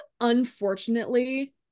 unfortunately